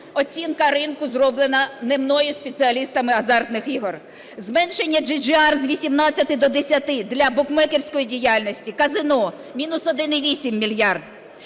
Оцінка ринку зроблена не мною, а спеціалістами азартних ігор. Зменшення GGR з 18 до 10 для букмекерської діяльності, казино – мінус 1,8 мільярд.